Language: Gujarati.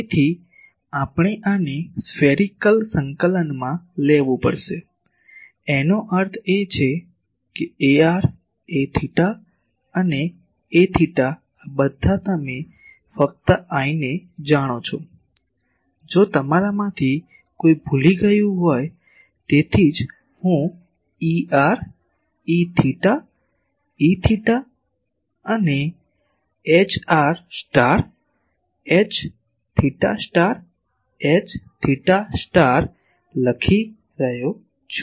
તેથી આપણે આને સ્ફેરીકલ સંકલનમાં લેવું પડશે એનો અર્થ છે ar a𝜃 અને a𝜃 આ બધા તમે ફક્ત Iને જાણો છો જો તમારામાંથી કોઈ ભૂલી ગયું હોય તેથી જ હું Er E𝜃 E𝜃 અને Hr H𝜃 H𝜃લખી રહ્યો છું